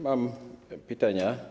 Mam pytania.